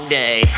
day